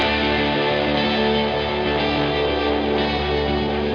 and